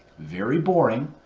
very boring,